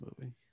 movie